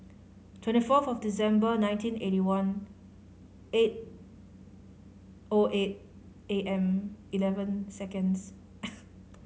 twenty fourth of December nineteen eighty one eight O eight A M eleven seconds